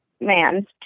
man